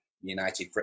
United